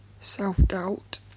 self-doubt